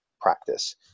practice